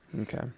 Okay